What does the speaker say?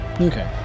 Okay